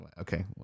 Okay